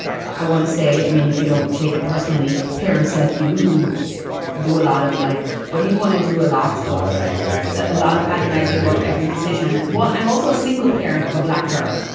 i want to say, i mean, if you don't take it personally. parents like you who do a lot of like, what do you want to do? a lot a lot of agonizing a lot of agonizing about every decision and why. i'm also a single parent of a black girl.